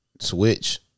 switch